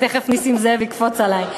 תכף נסים זאב יקפוץ עלי.